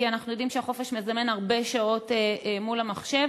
כי אנחנו יודעים שהחופש מזמן הרבה שעות מול המחשב,